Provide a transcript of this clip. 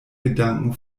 gedanken